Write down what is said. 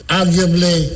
arguably